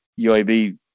UAB